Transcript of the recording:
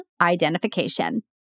identification